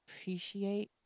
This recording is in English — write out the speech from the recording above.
appreciate